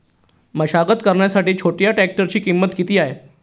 मशागत करण्यासाठी छोट्या ट्रॅक्टरची किंमत किती आहे?